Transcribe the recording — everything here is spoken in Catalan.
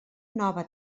nova